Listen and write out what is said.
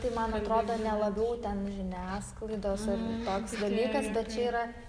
tai man atrodo ne labiau ten žiniasklaidos ar toks dalykas bet čia yra